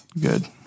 Good